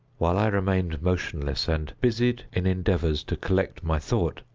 while i remained motionless, and busied in endeavors to collect my thought,